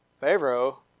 Pharaoh